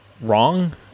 wrong